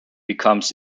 becomes